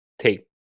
take